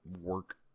work